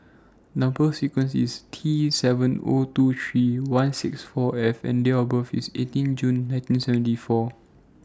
Number sequence IS T seven O two three one six four F and Date of birth IS eighteen June nineteen seventy four